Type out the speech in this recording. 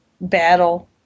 battle